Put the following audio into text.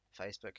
Facebook